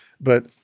but-